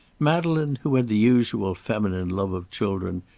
madeleine, who had the usual feminine love of children,